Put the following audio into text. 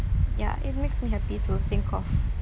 ya it makes me happy to think of